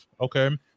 Okay